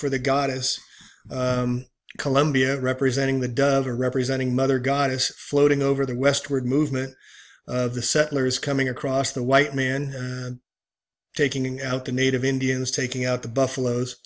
for the goddess columbia representing the duggar representing mother goddess floating over the westward movement of the settlers coming across the white men taking out the native indians taking out the buffalo